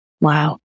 Wow